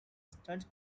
stunt